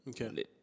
okay